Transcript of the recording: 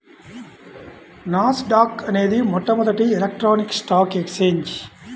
నాస్ dock అనేది మొట్టమొదటి electronic stock exchange